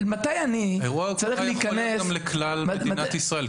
אירוע הוקרה יכול להיות גם לכלל מדינת ישראל,